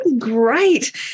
great